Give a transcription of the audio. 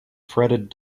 fretted